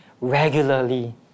regularly